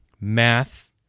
math